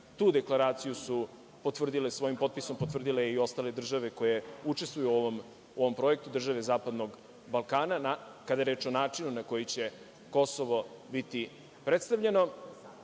Tu Deklaraciju su potvrdile svojim potpisom i ostale države koje učestvuju u ovom projektu, države zapadnog Balkana, kada je reč o načinu na koji će Kosovo biti predstavljeno,